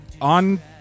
on